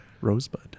Rosebud